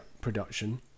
production